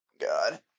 God